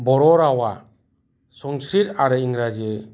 बर' रावा संस्कृत आरो इंराजि